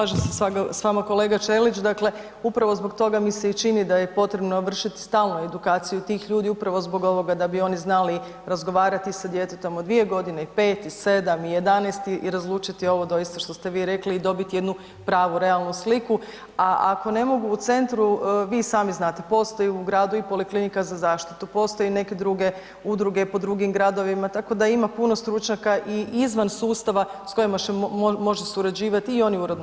Slažem se s vama kolega Ćelić, dakle, upravo zbog toga mi se i čini da je potrebno vršiti stalno edukaciju tih ljudi upravo zbog ovoga da bi oni znali razgovarati sa djetetom od 2 godine i 5 i 7 i 11 i razlučiti ovo doista što ste vi rekli i dobiti jednu pravu realnu sliku, a ako ne mogu u centru, vi i sami znate, postoji u gradi i Poliklinika za zaštitu, postoje neke druge udruge po drugim gradovima, tako da ima puno stručnjaka i izvan sustava s kojima se može surađivati i oni uredno i surađuju.